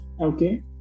okay